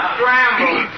Scramble